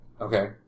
Okay